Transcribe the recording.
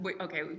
Okay